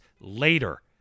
later